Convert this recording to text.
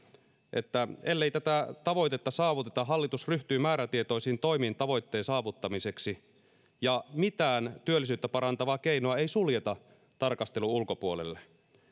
että ellei tätä tavoitetta saavuteta hallitus ryhtyy määrätietoisiin toimiin tavoitteen saavuttamiseksi ja mitään työllisyyttä parantavaa keinoa ei suljeta tarkastelun ulkopuolelle